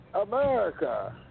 america